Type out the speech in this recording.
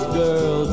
girl